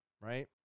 Right